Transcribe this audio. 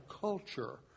culture